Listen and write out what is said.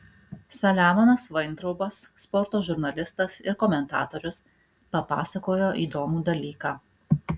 saliamonas vaintraubas sporto žurnalistas ir komentatorius papasakojo įdomų dalyką